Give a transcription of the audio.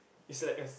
is like us